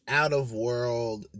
out-of-world